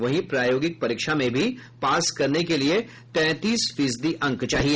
वहीं प्रायोगिक परीक्षा में भी पास करने के लिए तैंतीस फीसदी अंक चाहिए